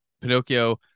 Pinocchio